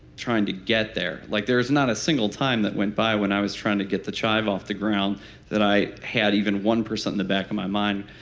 trying to get there. like there's not a single time that went by when i was trying to get thechive off the ground that i had even one percent in the back of my mind